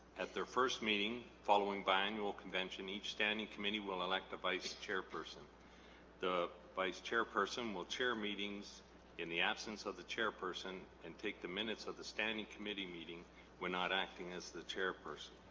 at their first meeting following by annual convention each standing committee will elect a vice chairperson the vice chairperson will chair meetings in the absence of the chairperson and take the minutes of the standing committee meeting we're not acting as the chairperson